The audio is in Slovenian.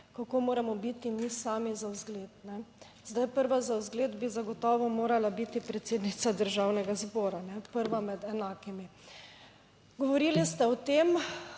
kako moramo biti mi sami za vzgled. Prva za vzgled bi zagotovo morala biti predsednica Državnega zbora, prva med enakimi. Govorili ste o tem,